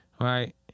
Right